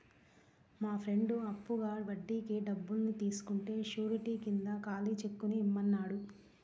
మా ఫ్రెండు అప్పుగా వడ్డీకి డబ్బుల్ని తీసుకుంటే శూరిటీ కింద ఖాళీ చెక్కుని ఇమ్మన్నాడు